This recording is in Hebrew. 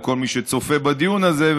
או את כל מי שצופה בדיון הזה,